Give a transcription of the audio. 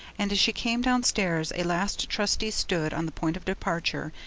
and as she came downstairs, a last trustee stood, on the point of departure,